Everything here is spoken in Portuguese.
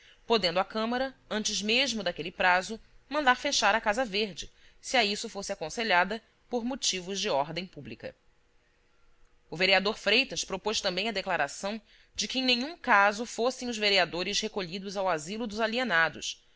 podendo a câmara antes mesmo daquele prazo mandar fechar a casa verde se a isso fosse aconselhada por motivos de ordem pública o vereador freitas propôs também a declaração de que em nenhum caso fossem os vereadores recolhidos ao asilo dos alienados